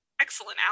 excellent